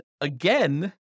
again